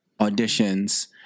auditions